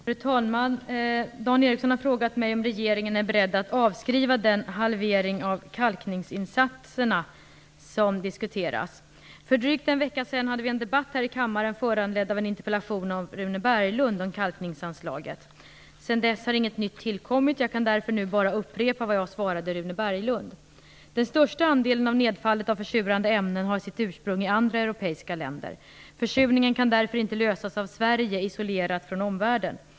Fru talman! Dan Ericsson har frågat mig om regeringen är beredd att avskriva den halvering av kalkningsinsatserna som diskuteras. För drygt en vecka sedan hade vi en debatt här i kammaren föranledd av en interpellation av Rune Berglund om kalkningsanslaget. Sedan dess har inget nytt tillkommit. Jag kan därför nu bara upprepa vad jag svarade Rune Berglund. Den största andelen av nedfallet av försurande ämnen har sitt ursprung i andra europeiska länder. Försurningen kan därför inte lösas av Sverige isolerat från omvärlden.